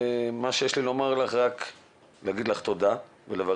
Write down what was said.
מה שיש לי לומר לך זה להגיד לך תודה ולברך